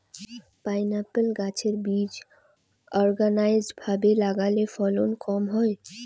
pineapple গাছের বীজ unorganised ভাবে লাগালে ফলন কম হয়